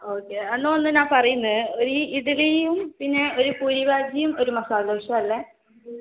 okay എന്നാൽ ഒന്ന് ഞാൻ പറയുന്ന് ഒരു ഇഡലിയും പിന്നെ ഒരു പൂരി ബാജിയും ഒരു മസാല ദോശയുവല്ലേ